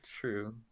true